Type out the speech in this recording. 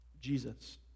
Jesus